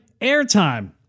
airtime